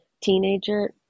teenager